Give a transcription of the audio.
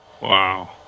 Wow